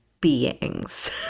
beings